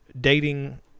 dating